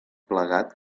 plegat